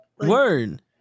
Word